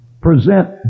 Present